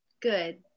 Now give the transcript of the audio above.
Good